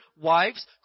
Wives